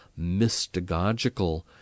mystagogical